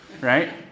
right